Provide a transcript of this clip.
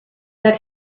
that